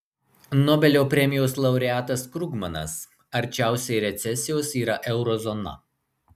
nobelio premijos laureatas krugmanas arčiausiai recesijos yra euro zona